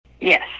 Yes